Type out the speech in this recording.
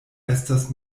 estas